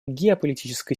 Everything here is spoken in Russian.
геополитической